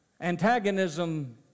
antagonism